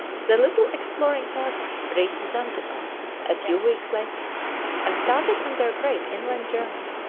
the little exploring party reached zanzibar a few weeks later and started on their great inland journey.